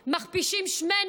אנחנו גם במאבק ציבורי מתמשך.